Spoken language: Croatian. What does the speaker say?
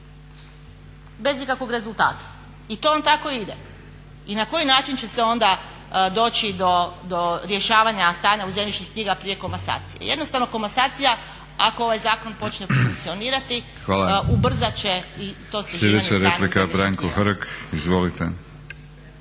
bez ikakvog rezultata. I to vam tako ide. I na koji način će se onda doći do rješavanja stanja u zemljišnim knjigama prije komasacije? Jednostavno komasacija ako ovaj zakon počne funkcionirati ubrzat će i to sređivanje stanja u zemljišnim